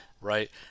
right